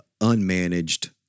unmanaged